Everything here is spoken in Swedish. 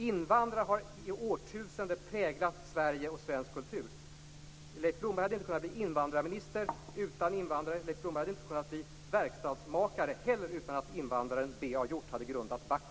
Invandrare har i årtusenden präglat Sverige och svensk kultur. Leif Blomberg hade inte kunnat bli invandrarminister utan invandrare. Leif Blomberg hade inte heller kunnat bli verkstygsmakare utan att invandraren B.A. Hjort hade grundat BAHCO.